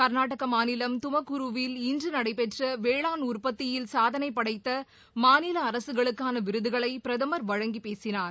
கர்நாடக மாநிலம் தமக்குருவில் இன்று நடைபெற்ற வேளாண் உற்பத்தியில் சாதனை படைத்த மாநில அரசுகளுக்கான விருதுகளை பிரதமர் வழங்கி பேசினார்